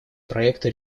проекта